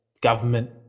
government